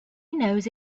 knows